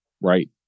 Right